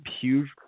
huge